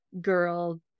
girl